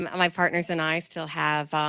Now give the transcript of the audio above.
my partners and i still have